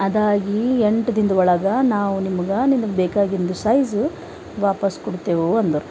ಅದಾಗಿ ಎಂಟು ದಿನ್ದ ಒಳಗ ನಾವು ನಿಮಗ ನಿಮಗ ಬೇಕಾಗಿಂದು ಸೈಜು ವಾಪಸ್ ಕೊಡ್ತೆವು ಅಂದರು